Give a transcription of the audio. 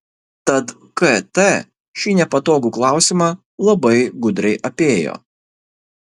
tad kt šį nepatogų klausimą labai gudriai apėjo